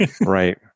Right